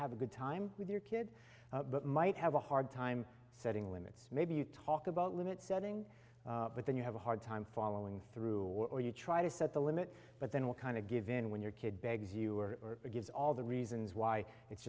have a good time with your kid but might have a hard time setting limits maybe you talk about limit setting but then you have a hard time following through or you try to set the limit but then will kind of give in when your kid begs you or gives all the reasons why it's